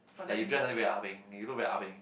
like you dress until very ah beng you look very ah beng